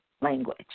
language